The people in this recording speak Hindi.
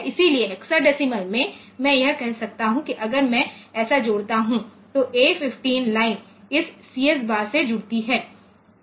इसलिए हेक्साडेसिमल में मैं यह कह सकता हूं कि अगर मैं ऐसा जोड़ता हूं तो A 15 लाइन इस CS बार से जुड़ती है